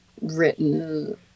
written